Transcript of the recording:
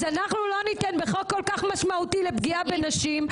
אז אנחנו לא ניתן בחוק כל כך משמעותי לפגיעה בנשים.